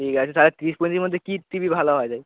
ঠিক আছে তাহলে তিরিশ পঁয়তিরিশের মধ্যে কী টিভি ভালো হবে